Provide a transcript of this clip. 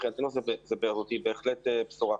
מבחינתנו זאת היא בהחלט בשורה.